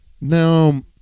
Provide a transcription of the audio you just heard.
now